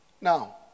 Now